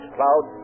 Cloud